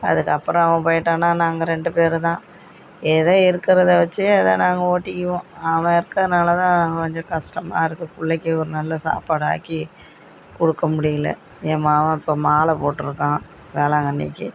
அதுக்கு அப்புறம் அவன் போய்விட்டான்னா நாங்கள் ரெண்டு பேர்தான் ஏதோ இருக்கிறத வச்சு அதை நாங்கள் ஓட்டிக்குவோம் அவன் இருக்கிறனாலதான் கொஞ்சம் கஷ்டமா இருக்குது பிள்ளைக்கி ஒரு நல்ல சாப்பாடை ஆக்கி கொடுக்க முடியலை என் மகன் இப்போ மாலை போட்டிருக்கான் வேளாங்கண்ணிக்கு